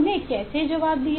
उन्होंने कैसे जवाब दिया